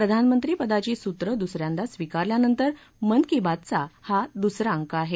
प्रधानमंत्री पदाची सूत्र दुसऱ्यांदा स्वीकारल्यानंतर मन की बात चा हा दुसरा अंक आहे